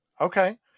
Okay